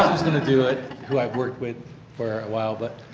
going to do it who i have worked with for a while. but